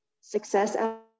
success